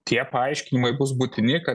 tie paaiškinimai bus būtini kad